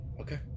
Okay